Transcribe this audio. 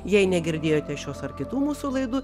jei negirdėjote šios ar kitų mūsų laidų